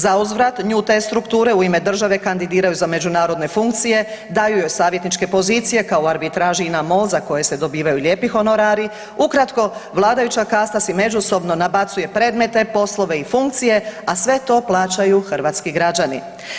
Zauzvrat, nju te strukture u ime države kandidiraju za međunarodne funkcije, daju joj savjetničke pozicije, kao u arbitraži INA-MOL za koje se dobivaju lijepi honorari, ukratko, vladajuća kasta si međusobno nabacuje predmete, poslove i funkcije, a sve to plaćaju hrvatski građani.